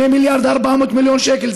2 מיליארד ו-400 מיליון שקל.